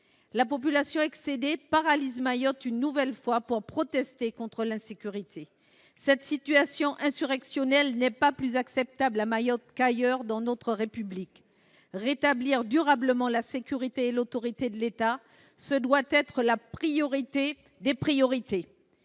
La population, excédée, paralyse une nouvelle fois Mayotte pour protester contre l’insécurité. Cette situation insurrectionnelle n’est pas plus acceptable à Mayotte qu’ailleurs dans notre République. Rétablir durablement la sécurité et l’autorité de l’État doit être la première des priorités.